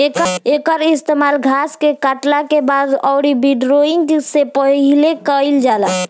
एकर इस्तेमाल घास के काटला के बाद अउरी विंड्रोइंग से पहिले कईल जाला